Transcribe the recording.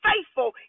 Faithful